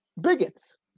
bigots